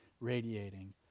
radiating